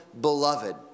beloved